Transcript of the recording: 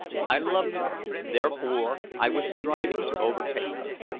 i loved her, therefore i was striving to overtake her.